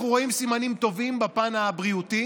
אנחנו רואים סימנים טובים בפן הבריאותי,